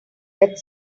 that